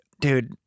dude